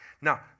Now